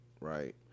right